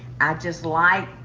i just like,